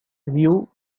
rouge